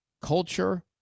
culture